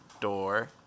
door